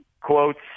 quotes